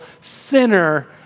sinner